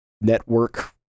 network